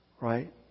right